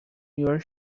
your